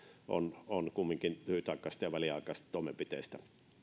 on kysellyt eli on kumminkin lyhytaikaisista ja väliaikaisista toimenpiteistä